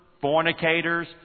fornicators